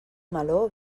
meló